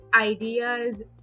ideas